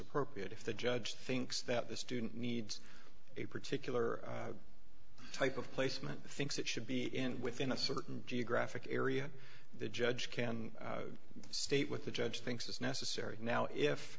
appropriate if the judge thinks that the student needs a particular type of placement thinks it should be in within a certain geographic area the judge can state with the judge thinks it's necessary now if